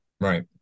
right